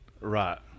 right